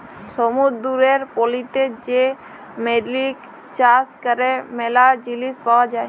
সমুদ্দুরের পলিতে যে মেরিল চাষ ক্যরে ম্যালা জিলিস পাওয়া যায়